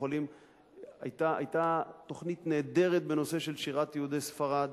היתה תוכנית נהדרת בנושא שירת יהודי ספרד,